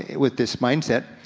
with this mindset.